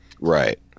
right